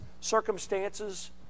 circumstances